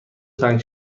تنگ